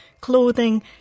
clothing